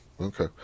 okay